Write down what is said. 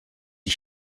die